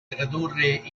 tradurre